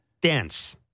dense